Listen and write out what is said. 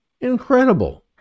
Incredible